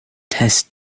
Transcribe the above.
test